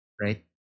Right